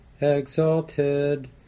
exalted